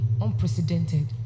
unprecedented